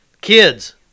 kids